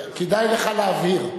כדאי לך להבהיר.